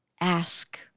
ask